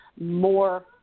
more